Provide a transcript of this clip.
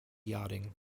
yachting